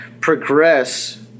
progress